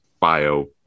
bio